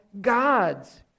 gods